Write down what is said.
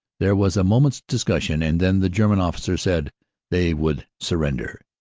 there was a moment's discussion and then the german officer said they would surrender.